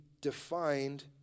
defined